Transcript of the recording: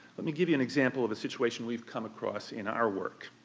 let me give you an example of a situation we've come across in our work.